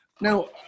Now